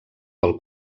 pel